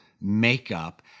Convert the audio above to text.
makeup